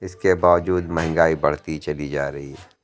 اِس کے باوجود مہنگائی بڑھتی ہی چلی جا رہی